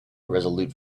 irresolute